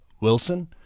Wilson